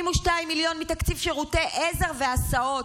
42 מיליון מתקציב שירותי עזר והסעות.